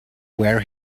where